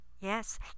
Yes